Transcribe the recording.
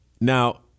Now